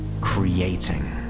creating